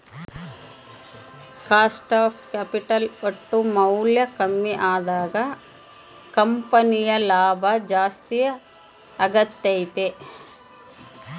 cost of capital ಒಟ್ಟು ಮೌಲ್ಯ ಕಮ್ಮಿ ಅದಾಗ ಕಂಪನಿಯ ಲಾಭ ಜಾಸ್ತಿ ಅಗತ್ಯೆತೆ